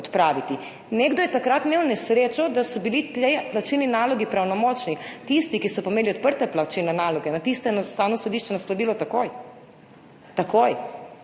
Nekdo je takrat imel nesrečo, da so bili ti plačilni nalogi pravnomočni, tiste, ki so pa imeli odprte plačilne naloge, pa je Ustavno sodišče naslovilo takoj, ker